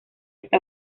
está